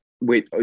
wait